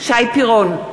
שי פירון,